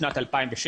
בשנת 2006,